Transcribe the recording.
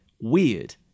weird